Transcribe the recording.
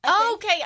Okay